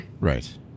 Right